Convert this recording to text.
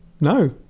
No